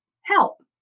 help